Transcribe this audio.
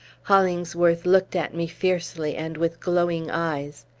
hollingsworth looked at me fiercely, and with glowing eyes.